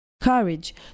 courage